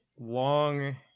long